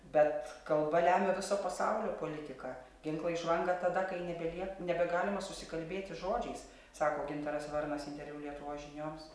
bet kalba lemia viso pasaulio politiką ginklai žvanga tada kai nebelie nebegalima susikalbėti žodžiais sako gintaras varnas interviu lietuvos žinioms